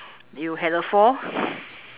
you had a fall